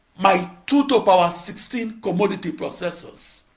my two-to-power sixteen commodity processors.